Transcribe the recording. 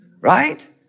right